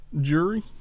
Jury